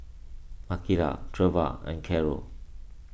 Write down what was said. Makaila Treva and Carol